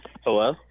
Hello